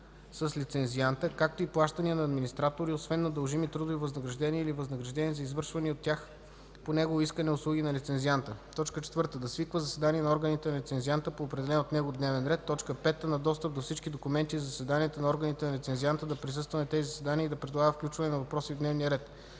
с лицензианта, както и плащания на администратори, освен на дължими трудови възнаграждения или възнаграждения за извършени от тях по негово искане услуги на лицензианта; 4. да свиква заседания на органите на лицензианта по определен от него дневен ред; 5. на достъп до всички документи за заседанията на органите на лицензианта, да присъства на тези заседания и да предлага включване на въпроси в дневния ред;